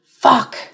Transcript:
fuck